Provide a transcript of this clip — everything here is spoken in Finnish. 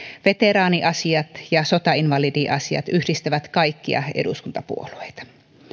veteraaniasiat ja sotainvalidiasiat yhdistävät kaikkia eduskuntapuolueita